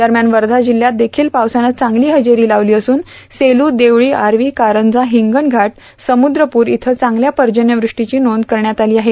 दरम्यान वर्धा जिल्हयात देखील पावसानं चांगली हजेरी लावली असून सेलू देवळी आर्वी कारंजा हिंगणघाट समुद्रप्र इथं चांगल्या पर्जन्यव्रप्टीची नोंद करण्यात आली आहे